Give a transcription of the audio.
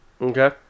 okay